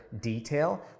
detail